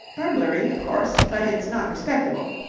burglary, of course, but it's not respectable.